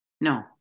No